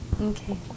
Okay